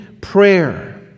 prayer